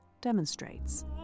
demonstrates